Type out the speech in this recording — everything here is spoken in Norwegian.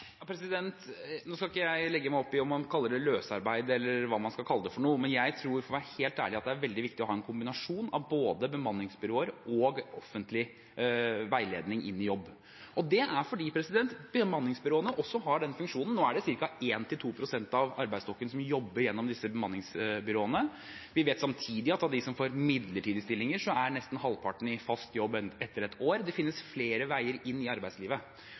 skal ikke legge meg opp i om man kaller det løsarbeid eller noe annet, men jeg tror – for å være helt ærlig – at det er veldig viktig å ha en kombinasjon av både bemanningsbyråer og offentlig veiledning inn i jobb. Det er fordi bemanningsbyråene også har den funksjonen – nå er det ca. 1–2 pst. av arbeidsstokken som jobber gjennom disse bemanningsbyråene. Vi vet også at av dem som får midlertidige stillinger, er nesten halvparten i fast jobb etter et år. Det finnes flere veier inn i arbeidslivet.